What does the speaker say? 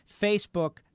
Facebook